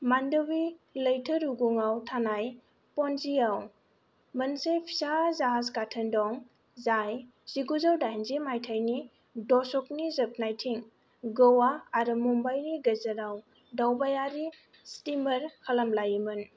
मांडोवी लैथो रुगुंआव थानाय पणजीआव मोनसे फिसा जाहाज गाथोन दं जाय जिगुजौ दाइनजि मायथाइनि दशकनि जोबनायथिं गोवा आरो मुंबईनि गेजेराव दावबायारि स्टिमार खालामलायोमोन